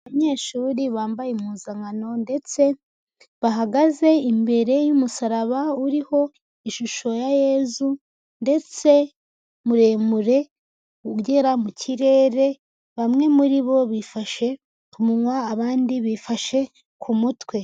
Abanyeshuri bambaye impuzankano ndetse bahagaze imbere y'umusaraba uriho ishusho ya Yezu ndetse muremure ugera mu kirere, bamwe muri bo bifashe ku munwa abandi bifashe ku mutwe.